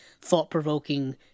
thought-provoking